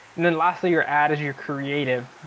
and then lastly your ad is your creative,